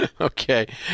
Okay